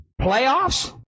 Playoffs